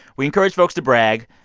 we encourage folks to brag.